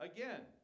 Again